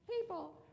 People